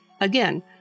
Again